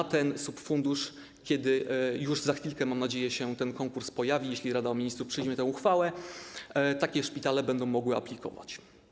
Do tego subfunduszu - za chwilkę, mam nadzieję, się ten konkurs pojawi, jeśli Rada Ministrów przyjmie tę uchwałę - takie szpitale będą mogły aplikować.